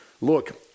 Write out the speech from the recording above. look